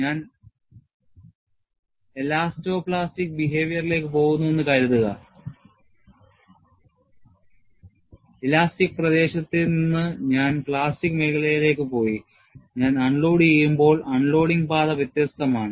ഞാൻ elastoplastic behavior ലേക്ക് പോകുന്നുവെന്ന് കരുതുക ഇലാസ്റ്റിക് പ്രദേശത്ത് നിന്ന് ഞാൻ പ്ലാസ്റ്റിക് മേഖലയിലേക്ക് പോയി ഞാൻ അൺലോഡുചെയ്യുമ്പോൾ അൺലോഡിംഗ് പാത വ്യത്യസ്തമാണ്